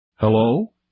Hello